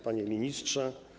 Panie Ministrze!